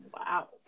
Wow